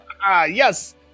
Yes